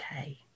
okay